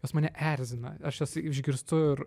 jos mane erzina aš jas išgirstu ir